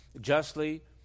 justly